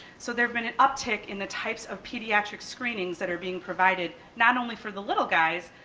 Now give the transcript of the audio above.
so there's been an uptick in the types of pediatric screenings that are being provided not only for the little guys,